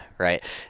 right